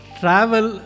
travel